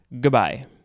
Goodbye